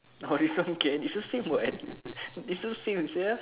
oh this one can it's the same [what] isn't same with sia